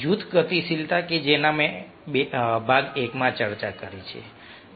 જૂથ ગતિશીલતા કે જેની મેં ભાગ 1 માં ચર્ચા કરી છે